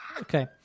okay